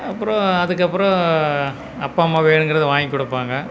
அப்புறம் அதுக்கப்புறம் அப்பா அம்மா வேணுங்கிறதை வாங்கி கொடுப்பாங்க